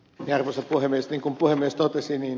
niin kuin puhemies totesi ed